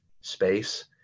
space